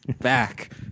Back